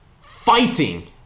fighting